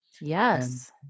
Yes